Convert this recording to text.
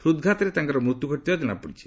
ହୃଦ୍ଘାତରେ ତାଙ୍କର ମୃତ୍ୟୁ ଘଟିଥିବା ଜଣାପଡିଛି